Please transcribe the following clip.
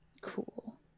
Cool